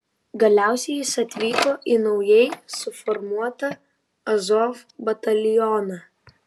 galiausiai jis atvyko į naujai suformuotą azov batalioną